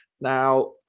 Now